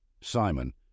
Simon